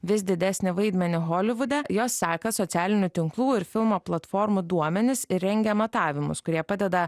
vis didesnį vaidmenį holivude jos seka socialinių tinklų ir filmų platformų duomenis ir rengia matavimus kurie padeda